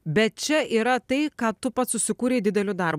bet čia yra tai ką tu pats susikūrei dideliu darbu